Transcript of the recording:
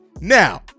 Now